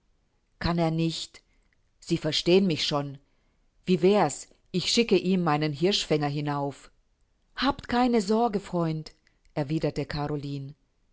kann er nicht sie verstehen mich schon wie wär's ich schickte ihm meinen hirschfänger hinauf habt keine sorge freund erwiderte caroline